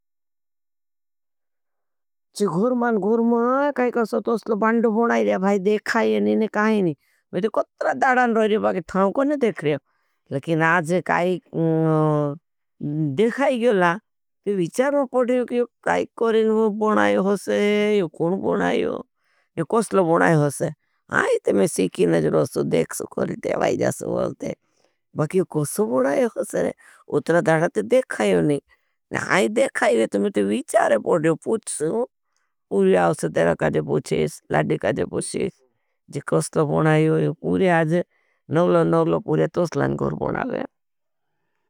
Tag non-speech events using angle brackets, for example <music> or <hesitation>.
पानी काई रोय जाए। आपने काचली भूये ते पानी माहे समय जाए। पाकली भूये कदों नहीं समय जाए। हाथ कदों रोगडी, रोगडी, रोगडी <hesitation> रोगडी बाहरी को तो कुत्तरों करें। टी पूले पानी का तो जो ढेकड़ लेंन सूकड़ ने आवे काये काये। ओसो चोपटो चोपटो तेरा का जोसो पाडी को जिन। <hesitation> आपड़ो को पाड़ी हुई जाई की नी विक्री जायती वुला का जे ढेकली ढेकली ढेकली ढेकले नू खो पानी कड़ देटी। सूका जाई पारती काई सुका ने लावे नो पैलास्टिक नो हाथे के दो धोरनों नेहे तो दूसरो लंबो लंबो इतड़ो। ती पाड़ी वारले पुड़ कुड़ देने सू करदे हूरे पकल्या मा ।